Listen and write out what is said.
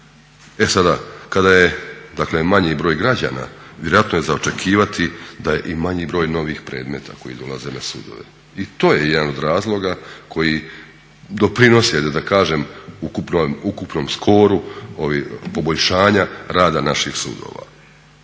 E sada kada je dakle manji broj građana vjerojatno je za očekivati da je i manji broj novih predmeta koji dolaze na sudove i to je jedan od razloga koji doprinose da kažem ukupnom skoru poboljšanja rada naših sudova.